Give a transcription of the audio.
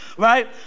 right